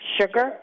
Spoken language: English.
sugar